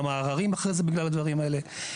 יש עררים אחרי זה בגלל הדברים האלה.